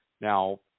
Now